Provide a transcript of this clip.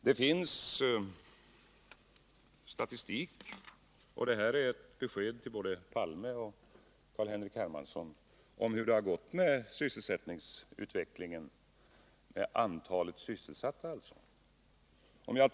Det finns statistik, och detta är ett besked till både Olof Palme och Carl-Henrik Hermansson om hur det har gått med sysselsättningsutvecklingen, alltså antalet sysselsatta.